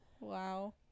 Wow